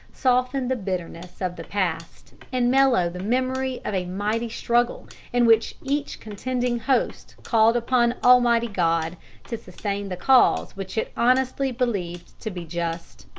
soften the bitterness of the past and mellow the memory of a mighty struggle in which each contending host called upon almighty god to sustain the cause which it honestly believed to be just.